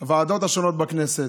הוועדות השונות בכנסת,